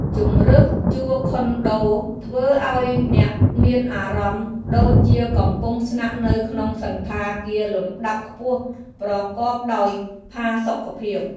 ជម្រើសជួលខុនដូធ្វើឱ្យអ្នកមានអារម្មណ៍ដូចជាកំពុងស្នាក់នៅក្នុងសណ្ឋាគារលំដាប់ខ្ពស់ប្រកបដោយផាសុកភាព។